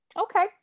Okay